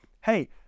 hey